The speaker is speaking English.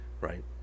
right